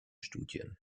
studien